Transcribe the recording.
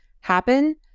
happen